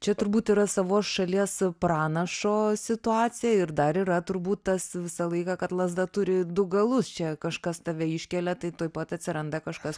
čia turbūt yra savos šalies pranašo situacija ir dar yra turbūt tas visą laiką kad lazda turi du galus čia kažkas tave iškelia tai tuoj pat atsiranda kažkas